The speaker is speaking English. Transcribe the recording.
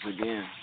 again